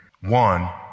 One